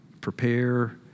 prepare